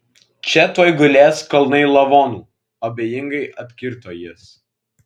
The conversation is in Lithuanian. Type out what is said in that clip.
čia tuoj gulės kalnai lavonų abejingai atkirto jis